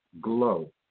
glow